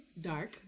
Dark